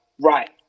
right